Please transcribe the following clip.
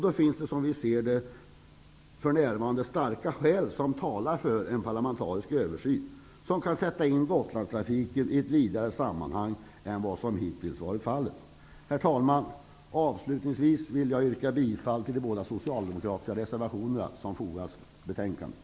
Det finns därför, som vi ser det, för närvarande starka skäl som talar för en parlamentarisk översyn där Gotlandstrafiken kan sättas in i ett vidare sammanhang än vad som hittills har varit fallet. Herr talman! Avslutningsvis vill jag yrka bifall till de båda socialdemokratiska reservationerna som har fogats till betänkandet.